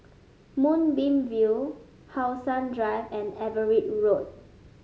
Moonbeam View How Sun Drive and Everitt Road